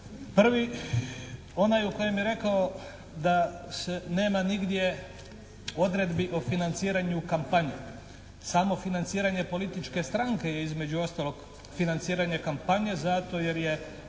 Prvi onaj u kojem je rekao da nema nigdje odredbi o financiranju kampanje. Samo financiranje političke stranke je između ostalog financiranje kampanje zato jer je